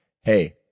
hey